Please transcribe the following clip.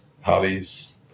hobbies